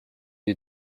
you